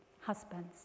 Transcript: husbands